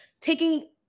taking